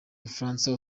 bufaransa